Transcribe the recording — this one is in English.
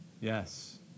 Yes